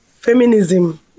Feminism